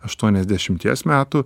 aštuoniasdešimties metų